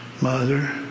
Mother